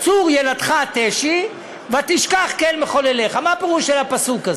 "צור ילדך תשי ותשכח אל מחוללך" מה הפירוש של הפסוק הזה?